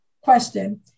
question